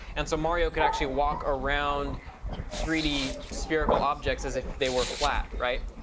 and so mario could actually walk around three d spherical objects as if they were flat, right?